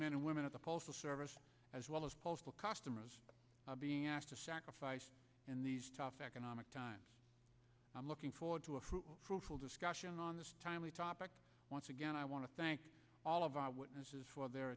men and women of the postal service as well as postal costumers are being asked to sacrifice in these tough economic times i'm looking forward to a fruitful fruitful discussion on this timely topic once again i want to thank all of our witnesses for their